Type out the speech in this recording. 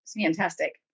fantastic